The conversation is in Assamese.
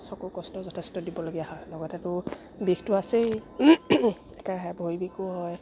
চকু কষ্ট যথেষ্ট দিবলগীয়া হয় লগতেটো বিষটো আছেই একেৰাহে ভৰি বিষো হয়